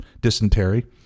dysentery